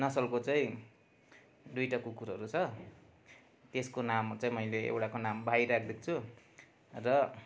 नसलको चै दुईवटा कुकुरहरू छ यसको नाम चाहिँ मैले एउटाको नाम भाइ राखिदिएको छु र